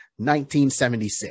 1976